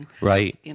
Right